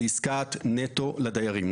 זו עסקת נטו לדיירים,